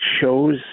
shows